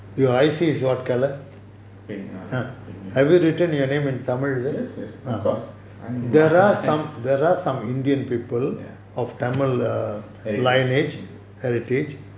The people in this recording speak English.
pink ah pink yes yes of course I'm ya heritage